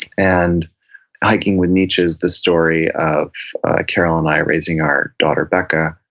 and hiking with nietzsche is the story of carol and i raising our daughter, becca.